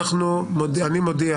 אני מודיע